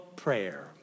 prayer